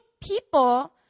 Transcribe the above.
people